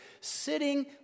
sitting